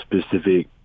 specific